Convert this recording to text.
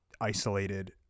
isolated